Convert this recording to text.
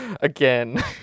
Again